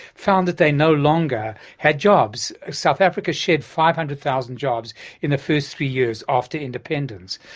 found that they no longer had jobs. south africa shed five hundred thousand jobs in the first three years after independence.